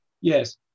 yes